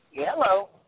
Hello